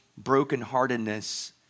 brokenheartedness